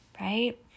right